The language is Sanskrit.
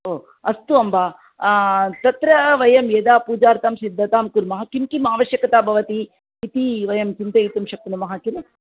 हो अस्तु अम्ब तत्र वयं यदा पूजार्थं सिद्धतां कुर्मः किं किम् आवश्यकता भवति इति वयं चिन्तयितुं शक्नुमः किल